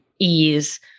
ease